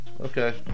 Okay